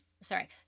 sorry